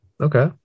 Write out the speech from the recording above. Okay